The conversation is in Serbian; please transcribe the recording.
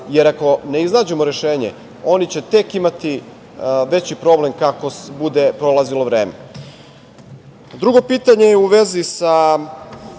pre. Ako ne iznađemo rešenje, oni će tek imati veći problem kako bude prolazilo vreme. Drugo pitanje je u vezi sa